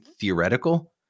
theoretical